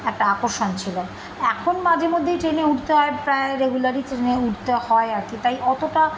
একটা আকর্ষণ ছিল এখন মাঝে মধ্যেই ট্রেনে উঠতে হয় প্রায় রেগুলারই ট্রেনে উঠতে হয় আর কি তাই অতটা